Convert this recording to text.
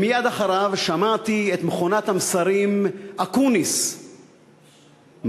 ומייד אחריו שמעתי את מכונת המסרים אקוניס מאשים,